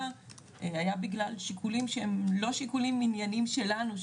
היה בגלל שיקולים שהם לא שיקולים ענייניים שלנו,